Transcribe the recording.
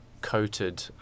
coated